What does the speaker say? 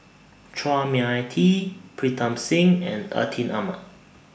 Chua Mia Tee Pritam Singh and Atin Amat